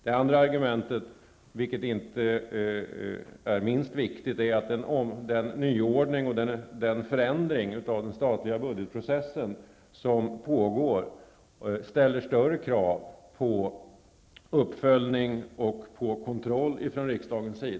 Det andra skälet är inte mindre viktigt, nämligen att den förändring av den statliga budgetprocessen som håller på att genomföras ställer större krav på uppföljning och kontroll från riksdagens sida.